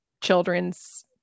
children's